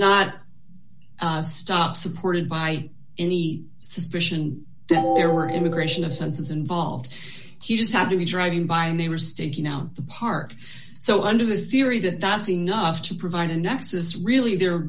not stop supported by any suspicion that there were immigration offenses involved he just had to be driving by and they were staking out the park so under the theory that that's enough to provide a nexus really there